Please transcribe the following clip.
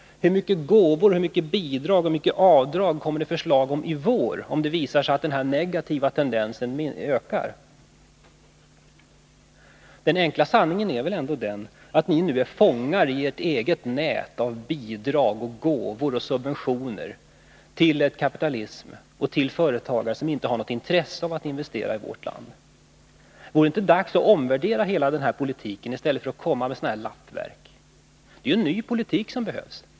Hur mycket gåvor, bidrag och avdrag kommer det förslag om i vår, om det visar sig att denna negativa tendens ökar? Den enkla sanningen är väl ändå den att ni är fångar i ert eget nät av bidrag, gåvor och subventioner till en kapitalism och en företagsamhet som inte har något intresse av att investera i vårt land. Vore det inte dags att omvärdera hela denna politik, i stället för att åstadkomma sådana här lappverk? Det är ju en ny politik som behövs.